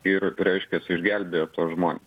ir reiškias išgelbėja tuos žmones